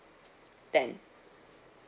ten